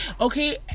Okay